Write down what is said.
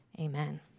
Amen